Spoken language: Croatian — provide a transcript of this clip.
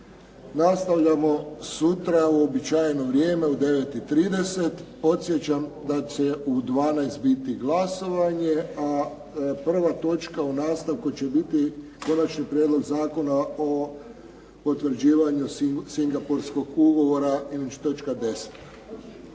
Nastavljamo sutra u uobičajeno vrijeme u 9,30. Podsjećam da će u 12,00 biti glasovanje, a prva točka u nastavku će biti Konačni prijedlog zakona o potvrđivanju singapurskog ugovora ili točka